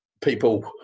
people